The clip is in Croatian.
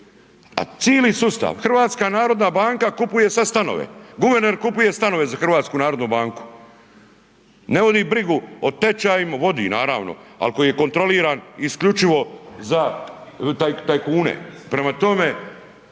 A cijeli sustav HNB kupuje sad stanove, guverner kupuje stanove za HNB, ne vodi brigu o tečajevima, vodi naravno, al koji je kontroliran isključivo za tajkune, prema tome,